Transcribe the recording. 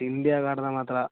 ಚಿಂದಿಯಾಗಿ ಆಡಿದ ಮಾತ್ರ